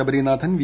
Sabarinathan V